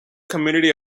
community